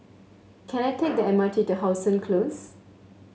can I take the M R T to How Sun Close